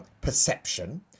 perception